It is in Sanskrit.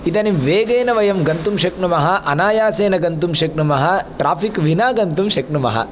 इदानीं वेगेन वयं गन्तुं शक्नुमः अनायासेन गन्तुं शक्नुमः ट्राफिक् विना गन्तुं शक्नुमः